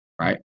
right